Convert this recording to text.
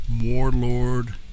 warlord